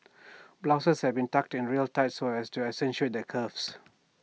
blouses had been tucked in real tight so as to accentuate their curves